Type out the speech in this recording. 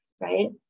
right